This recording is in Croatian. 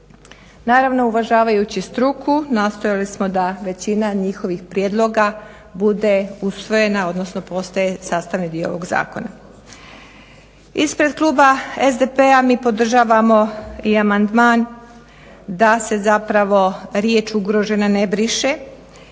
Naravno uvažavajući struku nastojali smo da većina njihovih prijedloga bude usvojena, odnosno postaje sastavni dio ovog zakona. Ispred kluba SDP-a mi podržavamo i amandman da se zapravo riječ ugrožena ne briše.